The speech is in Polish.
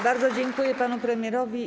Bardzo dziękuję panu premierowi.